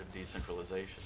decentralization